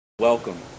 Welcome